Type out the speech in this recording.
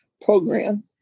program